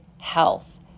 health